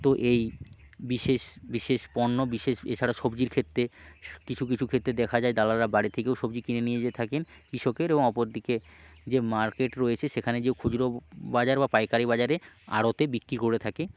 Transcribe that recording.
তো এই বিশেষ বিশেষ পণ্য বিশেষ এছাড়া সবজির ক্ষেত্রে কিছু কিছু ক্ষেত্রে দেখা যায় দালালরা বাড়ি থেকেও সবজি কিনে নিয়ে যেয়ে থাকেন কৃষকের ও অপর দিকে যে মার্কেট রয়েছে সেখানে যে খুচরো বাজার বা পাইকারি বাজারে আড়তে বিক্রি করে থাকে